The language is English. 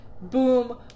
boom